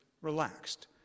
relaxed